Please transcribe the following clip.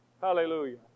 Hallelujah